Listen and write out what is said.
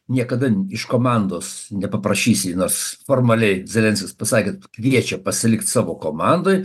niekada iš komandos nepaprašysi nors formaliai zelenskis pasakė kviečia pasilikt savo komandoj